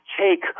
take